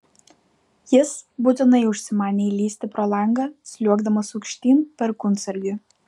jis būtinai užsimanė įlįsti pro langą sliuogdamas aukštyn perkūnsargiu